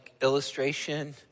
illustration